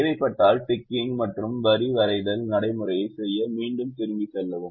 தேவைப்பட்டால் டிக்கிங் மற்றும் வரி வரைதல் நடைமுறையைச் செய்ய மீண்டும் திரும்பிச் செல்லவும்